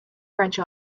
french